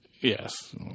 Yes